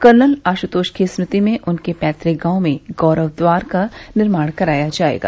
colonel Ashutosh की स्मृति में उनके पैतक गांव में गौरव द्वार का निर्माण कराया जाएगा